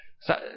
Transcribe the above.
sa